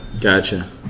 gotcha